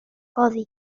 codi